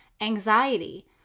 Anxiety